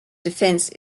defense